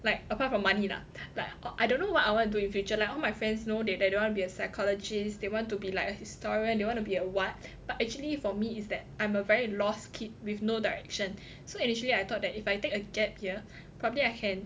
like apart from money lah like I don't know what I want to do in future lah all my friends know that they don't want to be a psychologist they want to be like a historian they want to be a what but actually for me it's that I'm a very lost kid with no direction so initially I thought that if I take a gap year probably I can